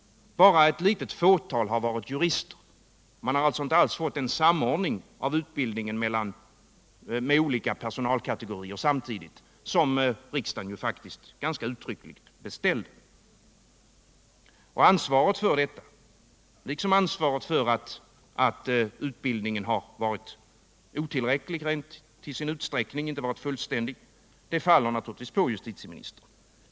Bara ett litet fåtal har varit jurister. Man har alltså inte alls fått den samordning av utbildningen av olika kategorier som riksdagen faktiskt ganska uttryckligt beställde. Ansvaret för detta, liksom ansvaret för att utbildningen har varit otillräcklig, faller naturligtvis på justitieministern.